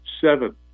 Seven